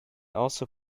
also